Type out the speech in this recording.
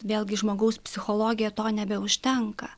vėlgi žmogaus psichologiją to nebeužtenka